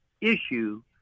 Issue